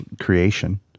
creation